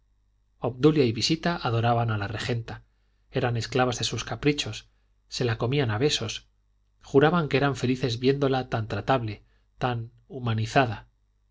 obdulia y visita adoraban a la regenta eran esclavas de sus caprichos se la comían a besos juraban que eran felices viéndola tan tratable tan humanizada